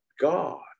God